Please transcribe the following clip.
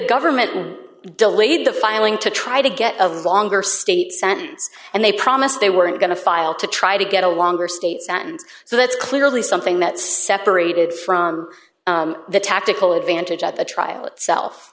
government delayed the filing to try to get a longer state sentence and they promised they weren't going to file to try to get a longer states and so that's clearly something that separated from the tactical advantage at the trial itself